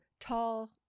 tall